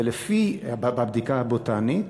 בבדיקה הבוטנית,